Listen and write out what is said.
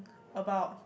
about